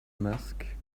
mask